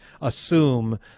assume